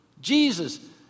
Jesus